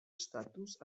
estatuts